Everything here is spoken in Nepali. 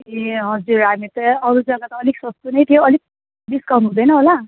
ए हजुर हामी त अरू जग्गा त अलिक सस्तो नै थियो अलिक डिस्काउन्ट हुँदैन होला